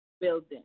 building